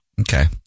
Okay